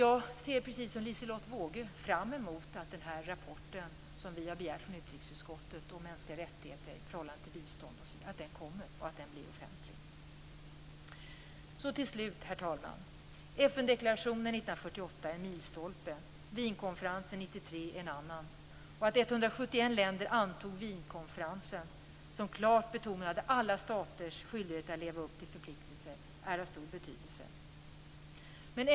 Jag ser, precis som Liselotte Wågö, fram emot att den rapport som vi har begärt från utrikesutskottet om mänskliga rättigheter i förhållande till bistånd kommer och att den blir offentlig. Till slut, herr talman, är FN-deklarationen från 1948 en milstolpe och Wienkonferensen 1993 en annan. Att 171 länder antog Wienkonferensen, som klart betonade alla staters skyldigheter att leva upp till förpliktelser, är av stor betydelse.